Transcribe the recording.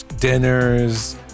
Dinners